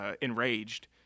enraged